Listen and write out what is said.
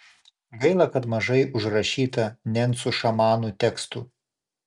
gaila kad mažai užrašyta nencų šamanų tekstų